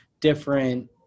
different